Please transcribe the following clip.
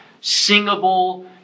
singable